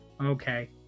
Okay